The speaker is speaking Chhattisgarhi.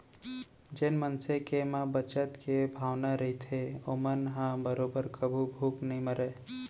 जेन मनसे के म बचत के भावना रहिथे ओमन ह बरोबर कभू भूख नइ मरय